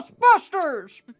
Ghostbusters